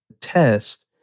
test